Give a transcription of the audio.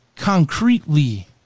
concretely